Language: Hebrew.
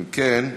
אם כן,